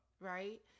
Right